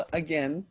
again